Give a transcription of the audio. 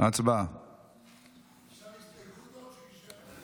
לפיקוח וטרינרי